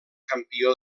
campió